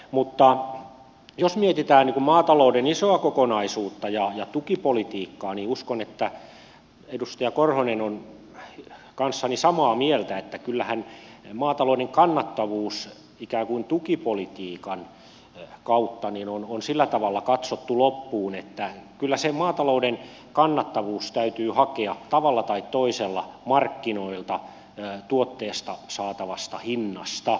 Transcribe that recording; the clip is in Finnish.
mutta jos mietitään maatalouden isoa kokonaisuutta ja tukipolitiikkaa niin uskon että edustaja korhonen on kanssani samaa mieltä että kyllähän maatalouden kannattavuus ikään kuin tukipolitiikan kautta on sillä tavalla katsottu loppuun että kyllä se maatalouden kannattavuus täytyy hakea tavalla tai toisella markkinoilta tuotteesta saatavasta hinnasta